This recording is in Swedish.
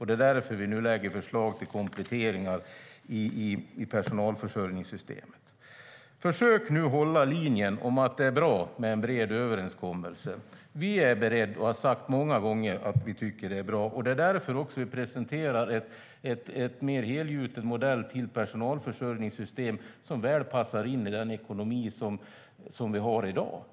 Det är därför vi nu lägger fram förslag till kompletteringar av personalförsörjningssystemet. Försök nu hålla linjen om att det är bra med en bred överenskommelse! Vi är beredda och har sagt många gånger att vi tycker att det är bra. Det är också därför vi presenterar en mer helgjuten modell till personalförsörjningssystem som väl passar in i den ekonomi som vi har i dag.